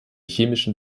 chemischen